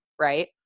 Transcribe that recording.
right